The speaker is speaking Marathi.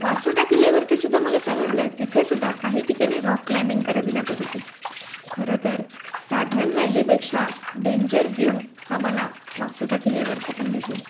वासोटा किल्ल्यावरतीसुद्धा मला समजलं तिथेसुद्धा काही ठिकाणी रॉक क्लाइम्बिंग करावी लागत होती खरंतर सादनन वॅलीपेक्षा डेंजर व्यू हा मला वासोटा किल्ल्यावरती पण भेटला